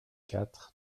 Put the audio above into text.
quatre